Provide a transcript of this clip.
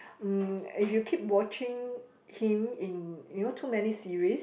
mm if you keep watching him in you know too many series